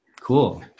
Cool